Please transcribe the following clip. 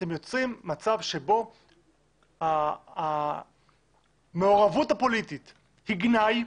אתם יוצרים מצב שבו המעורבות הפוליטית היא גנאי,